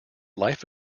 life